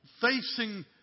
facing